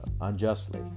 unjustly